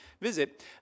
visit